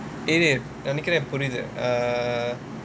eh எனக்கே புரிது:enakkae purithu err